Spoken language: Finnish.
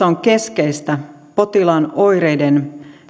on keskeistä potilaan oireiden